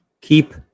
Keep